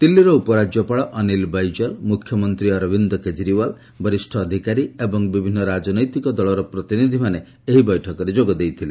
ଦିଲ୍ଲୀର ଉପରାଜ୍ୟପାଳ ଅନୀଲ ବୈଜଲ ମୁଖ୍ୟମନ୍ତ୍ରୀ ଅରବିନ୍ଦ କେଜରିଓ୍ବାଲ ବରିଷ୍ଠ ଅଧିକାରୀ ଏବଂ ବିଭିନ୍ନ ରାଜନୈତିକ ଦକର ପ୍ରତିନିଧିମାନେ ଏହି ବୈଠକରେ ଯୋଗ ଦେଇଥିଲେ